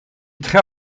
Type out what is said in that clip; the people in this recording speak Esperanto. tre